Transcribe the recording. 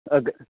अग्रे